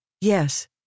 Yes